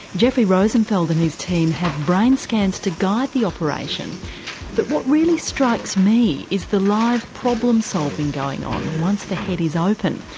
jeffrey rosenfeld and his team have brain scans to guide the operation, but really strikes me is the live problem solving going on once the head is open,